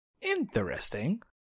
interesting